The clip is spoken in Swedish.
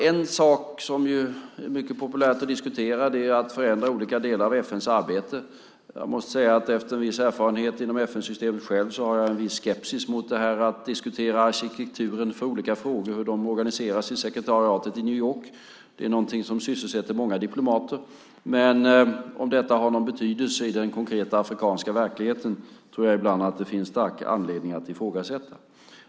En sak som är mycket populär att diskutera är att förändra olika delar av FN:s arbete. Jag måste säga att jag efter en viss erfarenhet inom FN-systemet har en viss skepsis mot att diskutera arkitekturen för olika frågor och hur de organiseras i sekretariatet i New York. Det är någonting som sysselsätter många diplomater. Men om detta har någon betydelse i den konkreta afrikanska verkligheten tror jag att det ibland finns stark anledning att ifrågasätta.